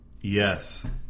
yes